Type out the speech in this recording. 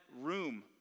room